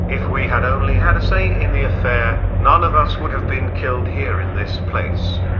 if we had only had a say in the affair, none of us would have been killed here in this place.